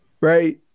right